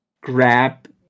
grab